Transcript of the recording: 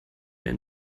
den